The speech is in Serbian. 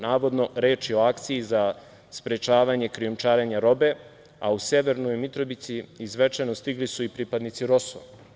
Navodno, reč je o akciji za sprečavanje krijumčarenja robe, a u Severnoj Mitrovici i Zvečanu stigli su i pripadnici ROSU.